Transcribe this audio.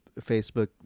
Facebook